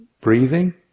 breathing